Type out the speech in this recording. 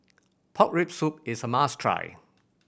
pork rib soup is a must try